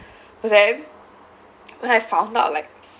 but then when I found out like